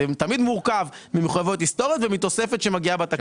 זה תמיד מורכב ממחוייבויות היסטורית ומתוספת שמגיעה בתקציב.